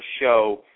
show